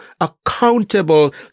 accountable